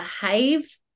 behave